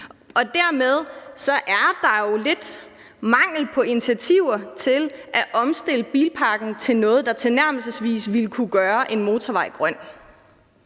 og dermed er der jo lidt mangel på initiativer til at omstille bilparken til noget, der tilnærmelsesvis ville kunne gøre en motorvej grøn.